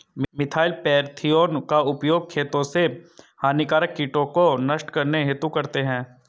methyl parathion का उपयोग खेतों से हानिकारक कीटों को नष्ट करने हेतु करते है